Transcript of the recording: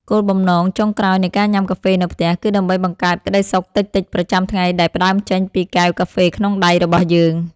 គោលបំណងចុងក្រោយនៃការញ៉ាំកាហ្វេនៅផ្ទះ គឺដើម្បីបង្កើតក្ដីសុខតិចៗប្រចាំថ្ងៃដែលផ្ដើមចេញពីកែវកាហ្វេក្នុងដៃរបស់យើង។